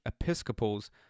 Episcopals